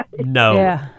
No